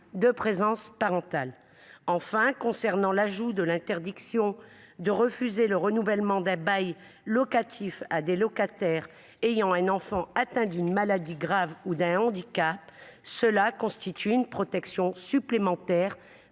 de présence parentale. Enfin, l’ajout de l’interdiction de refuser le renouvellement d’un bail locatif à des locataires ayant un enfant atteint d’une maladie grave ou d’un handicap constitue une protection supplémentaire,